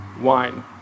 wine